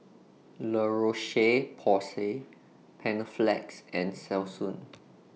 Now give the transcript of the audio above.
La Roche Porsay Panaflex and Selsun